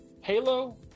Halo